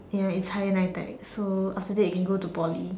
ya it's higher NITEC so after that you can go to Poly